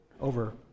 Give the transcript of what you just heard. over